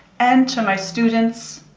and, to my students,